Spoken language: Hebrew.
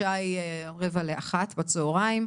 השעה היא 12:45 בצוהריים.